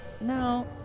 No